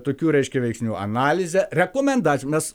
tokių reiškia veiksnių analize rekomendacijom mes